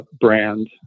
brand